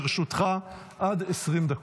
לרשותך עד 20 דקות,